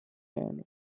ten